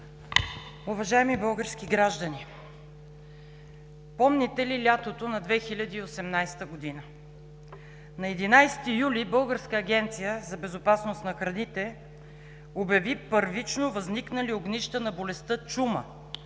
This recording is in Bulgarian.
Уважаеми български граждани, помните ли лятото на 2018 г.? На 11 юли Българската агенция по безопасност на храните обяви първично възникнали огнища на болестта чума